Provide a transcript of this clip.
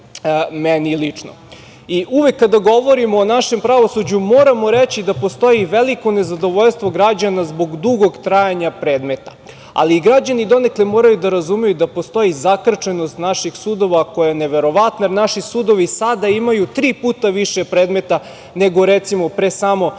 lično. Uvek kada govorimo o našem pravosuđu moramo reći da postoji veliko nezadovoljstvo građana zbog dugog trajanja predmeta, ali građani donekle moraju da razumeju da postoji zakrčenost naših sudova koja je neverovatna, jer naši sudovi sada imaju tri puta više predmeta nego, recimo, pre samo 10